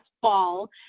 fall